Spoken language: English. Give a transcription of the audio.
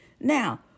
Now